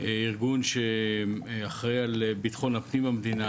ארגון שאחראי על ביטחון הפנים במדינה,